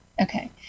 okay